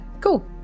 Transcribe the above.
Cool